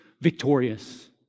victorious